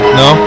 no